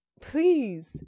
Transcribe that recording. Please